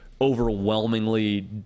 overwhelmingly